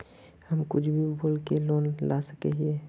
हम कुछ भी बोल के लोन ला सके हिये?